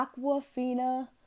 Aquafina